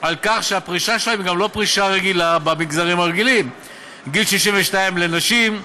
על כך שהפרישה שלהם גם אינה פרישה רגילה במגזרים הרגילים גיל 62 לנשים,